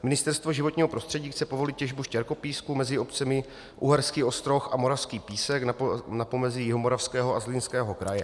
Ministerstvo životního prostředí chce povolit těžbu štěrkopísku mezi obcemi Uherský Ostroh a Moravský Písek na pomezí Jihomoravského a Zlínského kraje.